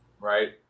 right